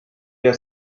you